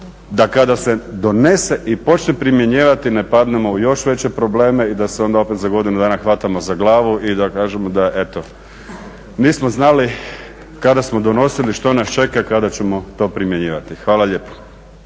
da kada se donese i počne primjenjivati ne padnemo u još veće probleme i da se onda opet za godinu dana hvatamo za glavu i da kažemo da eto nismo znali kada smo donosili što nas čeka kada ćemo to primjenjivati. Hvala lijepo.